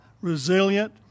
resilient